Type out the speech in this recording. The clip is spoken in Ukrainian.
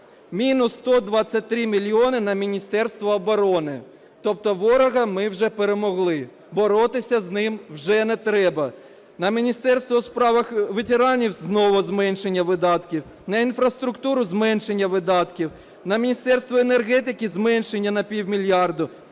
мінус 123 мільйони на Міністерство оборони. Тобто ворога ми вже перемогли, боротися з ним вже не треба. На Міністерство у справах ветеранів знову зменшення видатків. На інфраструктуру – зменшення видатків. На Міністерство енергетики – зменшення на півмільярда